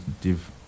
Div